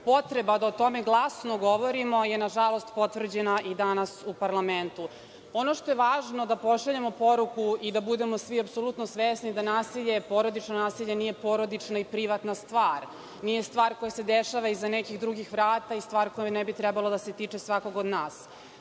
Potreba da o tome glasno govorimo je nažalost potvrđena i danas u Parlamentu. Ono što je važno je da pošaljemo poruku i da budemo svi apsolutno svesni da nasilje, porodično nasilje nije porodična i privatna stvar, nije stvar koja se dešava iza nekih drugih vrata i stvar koja ne bi trebalo da se tiče svakog od nas.